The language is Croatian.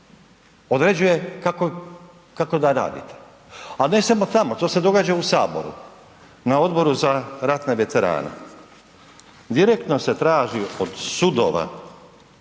određuje kako da radite. A ne samo tamo, to se događa u Saboru na Odboru za ratne veterane, direktno se traži od sudova